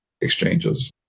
exchanges